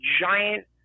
giant